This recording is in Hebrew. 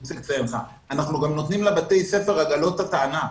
אנחנו רוצים גם נותנים לבתי הספר עגלות הטענה,